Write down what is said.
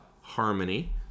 harmony